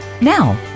Now